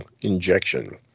injection